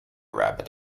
rabbit